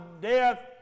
death